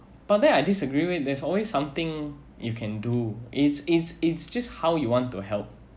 but then I disagree with there's always something you can do it's it's it's just how you want to help